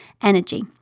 energy